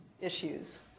issues